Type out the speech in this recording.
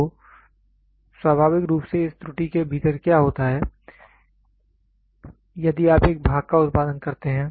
तो स्वाभाविक रूप से इस त्रुटि के भीतर क्या होता है यदि आप एक भाग का उत्पादन करते हैं